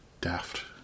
daft